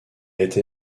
été